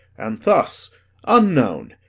and thus unknown,